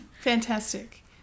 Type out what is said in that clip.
Fantastic